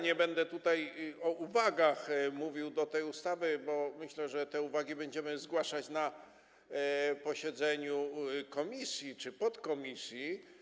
Nie będę tutaj mówił o uwagach do tej ustawy, bo myślę, że te uwagi będziemy zgłaszać na posiedzeniu komisji czy podkomisji.